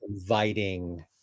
inviting